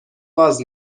باز